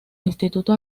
instituto